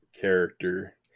character